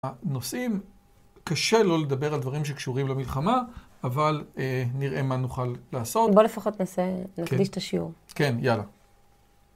נושאים, קשה לא לדבר על דברים שקשורים למלחמה, אבל נראה מה נוכל לעשות. בוא לפחות ננסה, נחדש את השיעור. כן, יאללה.